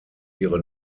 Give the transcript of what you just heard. ihre